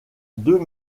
deux